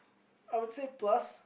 I would say plus